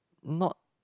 not